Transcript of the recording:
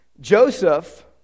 Joseph